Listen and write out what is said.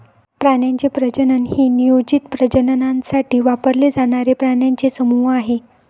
प्राण्यांचे प्रजनन हे नियोजित प्रजननासाठी वापरले जाणारे प्राण्यांचे समूह आहे